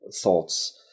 thoughts